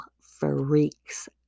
freaks